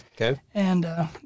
Okay